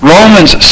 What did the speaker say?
Romans